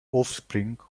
offspring